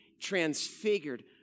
transfigured